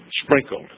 sprinkled